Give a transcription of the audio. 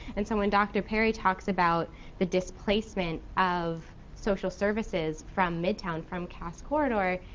and so when dr. perry talks about the displacement of social services from midtown, from cass corridor,